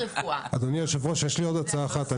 אדוני היושב-ראש, יש לי עוד הצעה אחת.